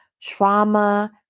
trauma